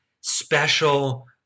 special